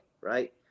right